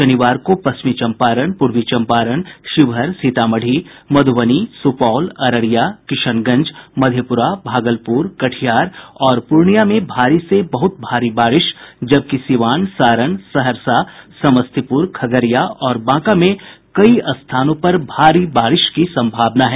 शनिवार को पश्चिमी चंपारण पूर्वी चंपारण शिवहर सीतामढ़ी मधुबनी सुपौल अररिया किशनगंज मधेप्रा भागलपुर कटिहार और पूर्णियां में भारी से बहुत भारी बारिश जबकि सीवान सारण सहरसा समस्तीपुर खगड़िया और बांका में कई स्थानों पर भारी बारिश की संभावना है